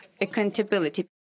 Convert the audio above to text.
accountability